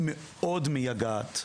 היא מאוד מייגעת.